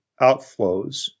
outflows